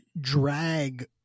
drag